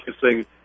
focusing